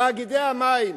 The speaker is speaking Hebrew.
תאגידי המים,